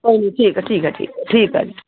ਕੋਈ ਨਹੀਂ ਠੀਕ ਆ ਠੀਕ ਆ ਠੀਕ ਠੀਕ ਆ ਜੀ